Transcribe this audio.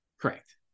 Correct